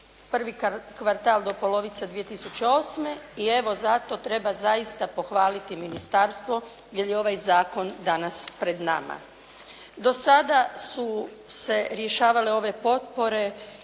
prvi kvartal do polovice 2008. i evo, za to treba zaista pohvaliti ministarstvo jer je ovaj zakona danas pred nama. Do sada su se rješavale ove potpore